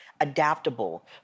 adaptable